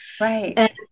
Right